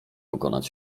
pokonać